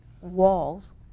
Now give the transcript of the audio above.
walls